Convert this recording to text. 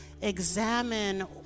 examine